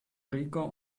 rico